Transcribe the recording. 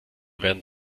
werden